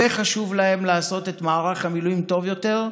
וחשוב להם לעשות את מערך המילואים טוב יותר,